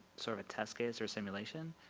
sort of test case or simulation.